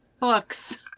Books